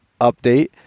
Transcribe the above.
update